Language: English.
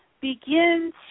begin